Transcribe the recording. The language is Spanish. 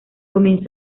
comienzo